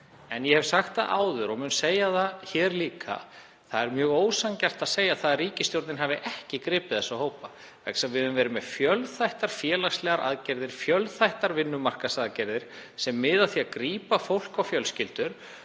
en ég hef sagt það áður og mun segja það hér líka: Það er mjög ósanngjarnt að segja að ríkisstjórnin hafi ekki gripið þessa hópa vegna þess að við höfum verið með fjölþættar félagslegar aðgerðir, fjölþættar vinnumarkaðsaðgerðir sem miða að því að grípa fólk og fjölskyldur